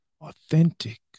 authentic